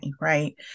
right